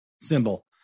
symbol